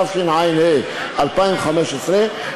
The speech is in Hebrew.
התשע"ה 2015,